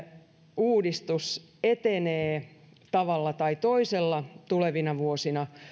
uudistus etenee tavalla tai toisella tulevina vuosina